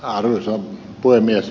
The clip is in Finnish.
arvoisa puhemies